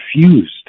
confused